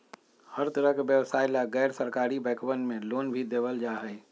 हर तरह के व्यवसाय ला गैर सरकारी बैंकवन मे लोन भी देवल जाहई